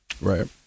Right